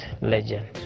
legend